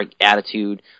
attitude